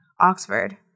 Oxford